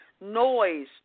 noise